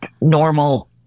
normal